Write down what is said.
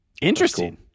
Interesting